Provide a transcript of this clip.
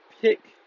pick